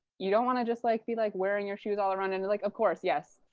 you don't want to just like be like wearing your shoes all around. and like, of course, yes.